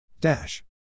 Dash